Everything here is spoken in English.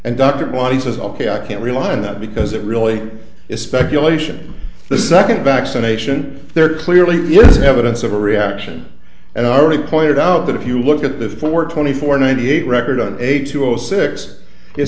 and dr bodies is ok i can't rely on that because it really is speculation the second vaccination there clearly is evidence of a reaction and i already pointed out that if you look at the four twenty four ninety eight record on a two zero six it